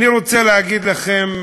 אני רוצה להגיד לכם,